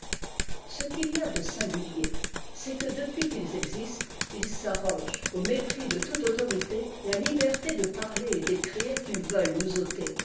ce qu'il y a de singulier c'est que depuis qu'ils existent ils s'arrogent au mépris de toute autorité la liberté de parler et d'écrire qu'ils veulent nous ôter